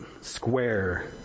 square